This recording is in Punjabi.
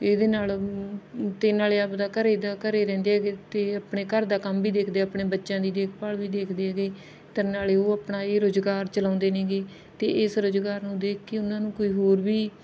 ਇਹਦੇ ਨਾਲ ਅਤੇ ਨਾਲ ਆਪਦਾ ਘਰ ਦਾ ਘਰ ਰਹਿੰਦੇ ਹੈਗੇ ਅਤੇ ਆਪਣੇ ਘਰ ਦਾ ਕੰਮ ਵੀ ਦੇਖਦੇ ਆ ਆਪਣੇ ਬੱਚਿਆਂ ਦੀ ਦੇਖਭਾਲ ਵੀ ਦੇਖਦੇ ਹੈਗੇ ਅਤੇ ਨਾਲ ਉਹ ਆਪਣਾ ਇਹ ਰੁਜ਼ਗਾਰ ਚਲਾਉਂਦੇ ਨੇਗੇ ਅਤੇ ਇਸ ਰੁਜ਼ਗਾਰ ਨੂੰ ਦੇਖ ਕੇ ਉਨ੍ਹਾਂ ਨੂੰ ਕੋਈ ਹੋਰ ਵੀ